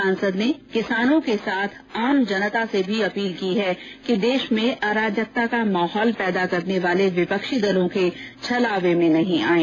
सासंद ने किसानों के साथ आम जनता से भी अपील की है कि देश में अराजकता का माहौल पैदा करने वाले विपक्षी दलों के छलावे में नहीं आयें